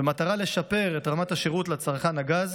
במטרה לשפר את רמת השירות לצרכן הגז